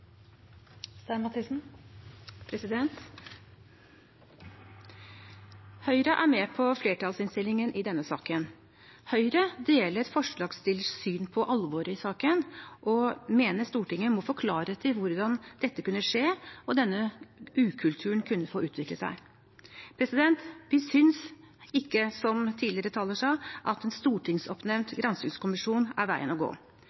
med på flertallsinnstillingen i denne saken. Høyre deler forslagsstillers syn på alvoret i saken og mener Stortinget må få klarhet i hvordan dette kunne skje, og hvordan denne ukulturen kunne få utvikle seg. Vi synes ikke, som tidligere taler sa, at en stortingsoppnevnt granskingskommisjon er veien å gå.